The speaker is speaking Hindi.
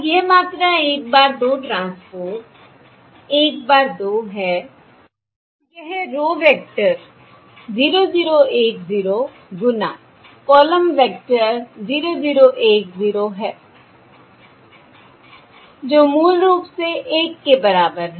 अब यह मात्रा 1 bar 2 ट्रांसपोज़ 1 bar 2 है यह रो वेक्टर 0 0 1 0 गुणा कॉलम वेक्टर 0 0 1 0 है जो मूल रूप से 1 के बराबर है